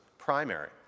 Primary